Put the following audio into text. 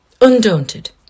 Undaunted